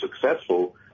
successful